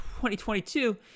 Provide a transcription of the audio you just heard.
2022